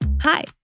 Hi